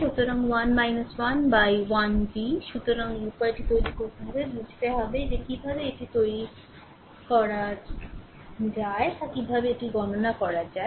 সুতরাং 1 1 উপর 1 V সুতরাং এই উপায়টি তৈরি করতে হবে বুঝতে হবে যে কীভাবে এটি কীভাবে তৈরি করা যায় তা কীভাবে এটি গণনা করা যায়